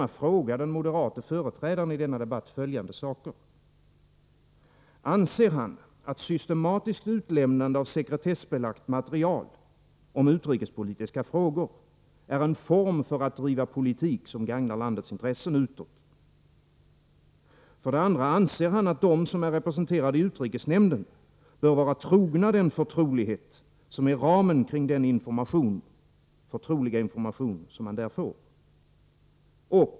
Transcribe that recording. Anser han att systematiskt utlämnande av sekretessbelagt material av utrikespolitiska frågor är en form för att driva politik som gagnar landets intressen utåt? Anser han att de som är representerade i utrikesnämnden bör var trogna den förtrolighet som är ramen kring den förtroliga information man där får?